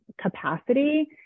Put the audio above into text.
capacity